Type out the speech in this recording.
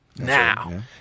Now